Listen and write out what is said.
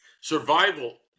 Survival